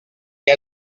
que